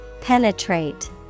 Penetrate